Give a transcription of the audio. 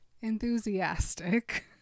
enthusiastic